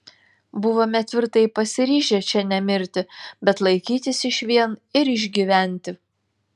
buvome tvirtai pasiryžę čia nemirti bet laikytis išvien ir išgyventi